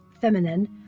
feminine